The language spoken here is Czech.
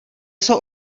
jsou